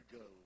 go